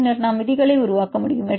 பின்னர் நாம் விதிகளை உருவாக்க முடியும்